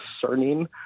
concerning